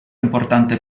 importante